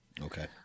okay